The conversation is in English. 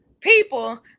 People